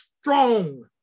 strong